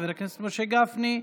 חבר הכנסת משה גפני,